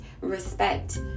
Respect